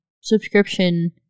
subscription